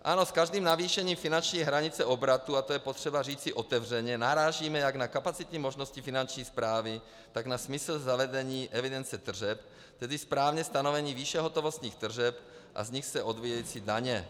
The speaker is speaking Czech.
Ano, s každým zvýšením finanční hranice obratu, a to je potřeba říci otevřeně, narážíme jak na kapacitní možnosti Finanční správy, tak na smysl zavedení evidence tržeb, tedy správné stanovení výše hotovostních tržeb a z nich se odvíjející daně.